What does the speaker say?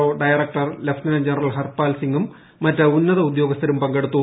O director lieutenant general Harpal സിംഗും മറ്റ് ഉന്നത ഉദ്യോഗസ്ഥരും പങ്കെടുത്തു